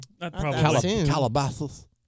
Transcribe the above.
Calabasas